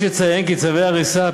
יש לציין כי צווי הריסה,